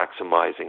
maximizing